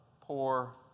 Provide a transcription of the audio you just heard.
poor